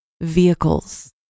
vehicles